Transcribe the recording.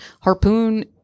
Harpoon